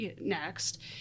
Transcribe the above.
next